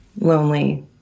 lonely